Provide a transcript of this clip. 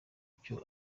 icyo